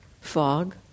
fog